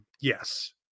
Yes